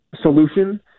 solution